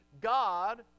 God